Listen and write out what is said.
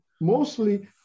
mostly